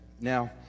Now